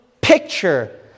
picture